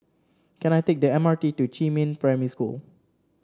can I take the M R T to Jiemin Primary School